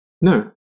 No